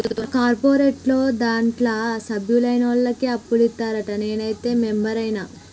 కా కార్పోరేటోళ్లు దాంట్ల సభ్యులైనోళ్లకే అప్పులిత్తరంట, నేనైతే మెంబరైన